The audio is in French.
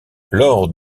lors